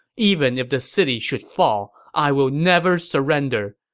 even if the city should fall, i will never surrender.